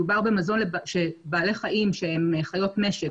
מדובר במזון שבעלי חיים שהם חיות משק